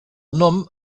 nom